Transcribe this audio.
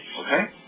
Okay